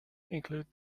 include